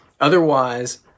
otherwise